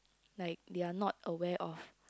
like they are not aware of